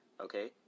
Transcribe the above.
okay